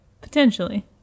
Potentially